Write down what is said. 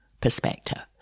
perspective